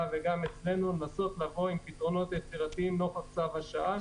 וגם אצלנו לבוא עם פתרונות יצירתיים נוכח צו השעה.